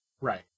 Right